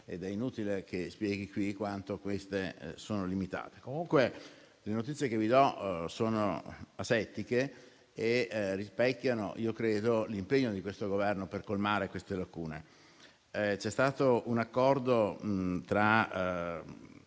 ed è inutile che spieghi quanto queste siano limitate. Comunque, le notizie che vi do sono asettiche e rispecchiano, io credo, l'impegno di questo Governo per colmare le suddette lacune. È stato stipulato un accordo -